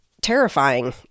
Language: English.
terrifying